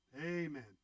Amen